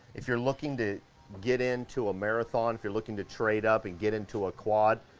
if you're looking to get into a marathon, if you're looking to trade up and get into a quad,